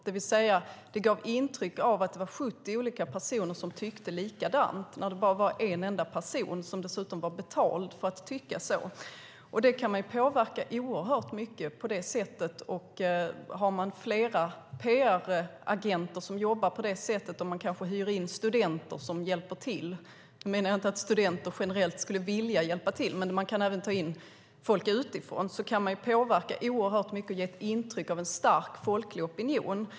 Det gav alltså intryck av att det var 70 olika personer som tyckte likadant, trots att det bara var en enda person som dessutom var betald för att tycka så. På det sättet kan man påverka oerhört mycket. Man kan ha flera PR-agenter som jobbar på det sättet, kanske genom att man hyr in studenter som hjälper till. Nu menar jag inte att studenter generellt skulle vilja hjälpa till, men man kan ta in folk utifrån. Då kan man påverka oerhört mycket och ge intryck av en stark folklig opinion.